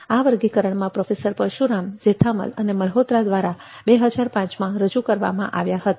આ વર્ગીકરણ પ્રોફેસર પરશુરામ ઝેથામલ અને મલ્હોત્રા દ્વારા 2005માં રજૂ કરવામાં આવ્યા હતા